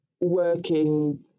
working